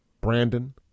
Brandon